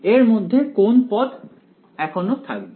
এর মধ্যে কোন পদ এখনো থাকবে